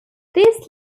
this